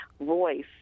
voice